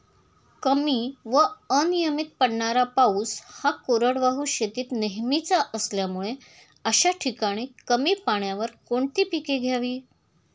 कमी व अनियमित पडणारा पाऊस हा कोरडवाहू शेतीत नेहमीचा असल्यामुळे अशा ठिकाणी कमी पाण्यावर कोणती पिके घ्यावी?